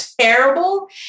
terrible